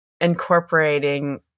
incorporating